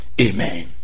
Amen